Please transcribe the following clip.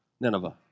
Nineveh